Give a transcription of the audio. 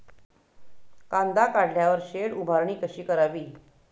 कांदा काढल्यावर शेड उभारणी कशी करावी?